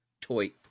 toy